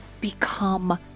become